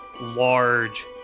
large